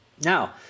Now